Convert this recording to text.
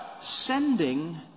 Sending